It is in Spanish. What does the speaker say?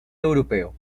europeo